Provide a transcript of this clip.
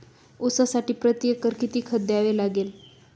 ऊसासाठी प्रतिएकर किती खत द्यावे लागेल?